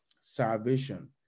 salvation